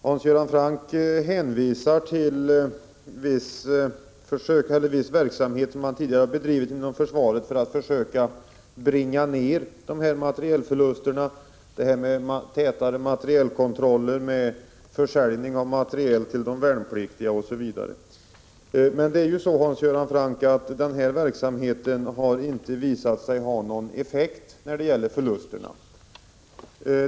Hans Göran Franck hänvisar till viss verksamhet som man tidigare har bedrivit inom försvaret för att försöka bringa ned materielförlusterna: tätare materielkontroller, försäljning av materiel till de värnpliktiga osv. Men, Hans Göran Franck, den verksamheten har inte visat sig ha någon effekt när det gäller förlusterna.